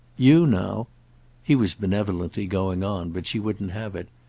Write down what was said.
you now he was benevolently going on, but she wouldn't have it.